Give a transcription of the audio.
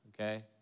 okay